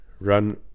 run